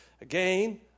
again